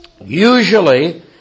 Usually